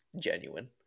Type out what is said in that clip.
genuine